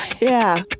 yeah